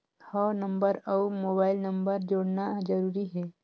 हव नंबर अउ mobile number जोड़ना जरूरी हे?